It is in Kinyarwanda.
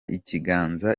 ikiganza